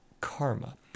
karma